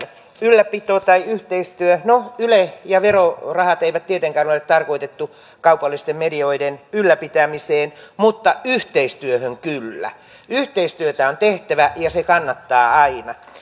ylläpito tai yhteistyö no yleä ja verorahoja ei tietenkään ole ole tarkoitettu kaupallisten medioiden ylläpitämiseen mutta yhteistyöhön kyllä yhteistyötä on tehtävä ja se kannattaa aina